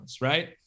right